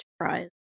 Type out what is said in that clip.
Enterprise